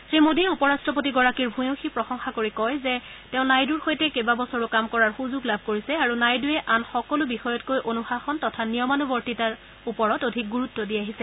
শ্ৰী মোডীয়ে উপৰট্টপতিগৰাকীৰ ভূয়সী প্ৰশংসা কৰি কয় যে তেওঁ নাইডুৰ সৈতে কেইবাবছৰো কাম কৰাৰ সূযোগ লাভ কৰিছে আৰু নাইডূৱে আন সকলো বিষয়তকৈ অনুশাসন তথা নিয়মানুৱৰ্তিতাত অধিক গুৰুত্ব দি আহিছে